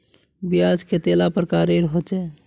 ब्याज कतेला प्रकारेर होचे?